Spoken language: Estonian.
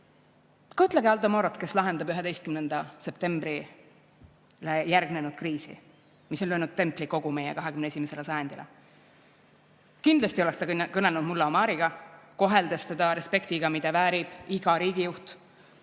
Kujutlege Aldo Morot, kes lahendab 11. septembrile järgnenud kriisi, mis on löönud templi kogu meie 21. sajandile. Kindlasti oleks ta kõnelenud mulla Omariga, koheldes teda respektiga, mida väärib iga riigijuht.